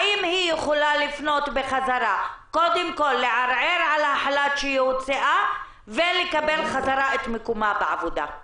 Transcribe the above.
האם היא יכולה לפנות לערער על החל"ת ולקבל חזרה את מקומה בעבודה?